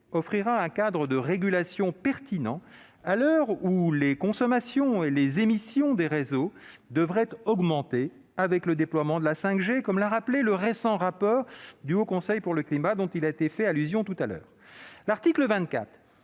offrira un cadre de régulation pertinent, à l'heure où les consommations et les émissions des réseaux devraient augmenter avec le déploiement de la 5G, comme l'a rappelé le récent rapport du Haut Conseil pour le climat, auquel il a été fait allusion tout à l'heure. L'article 24